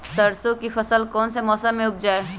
सरसों की फसल कौन से मौसम में उपजाए?